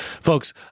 folks